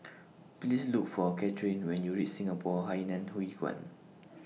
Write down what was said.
Please Look For Kathryn when YOU REACH Singapore Hainan Hwee Kuan